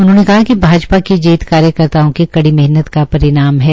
उन्होंने कहा कि भाजपा की जीत कार्यकर्ताओं की कड़ी मेहनत का परिणाम है